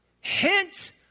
Hint